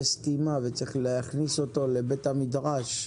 יש סתימה וצריך להכניס אותו לבית המקדש.